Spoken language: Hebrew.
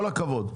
כל הכבוד.